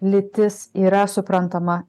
lytis yra suprantama